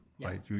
right